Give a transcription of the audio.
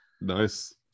Nice